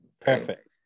Perfect